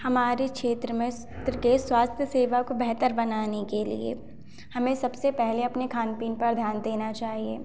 हमारे क्षेत्र में क्षेत्र के स्वास्थ्य सेवा को बेहतर बनाने के लिए हमें सबसे पहले अपने खान पीन पर ध्यान देना चाहिए